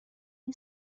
این